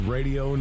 Radio